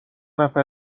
نفر